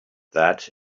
that